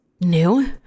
new